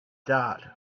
dart